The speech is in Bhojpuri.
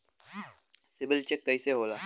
सिबिल चेक कइसे होला?